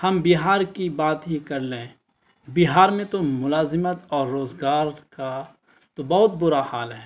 ہم بہار کی بات ہی کر لیں بہار میں تو ملازمت اور روزگار کا تو بہت برا حال ہے